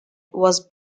was